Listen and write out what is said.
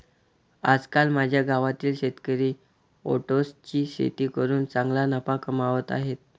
आजकाल माझ्या गावातील शेतकरी ओट्सची शेती करून चांगला नफा कमावत आहेत